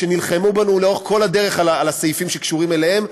שנלחמו בנו לאורך כל הדרך על הסעיפים שקשורים אליהם,